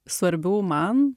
svarbių man